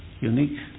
unique